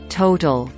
total